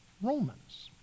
Romans